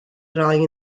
roi